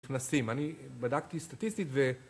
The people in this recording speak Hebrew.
‫נכנסים, אני בדקתי סטטיסטית ו...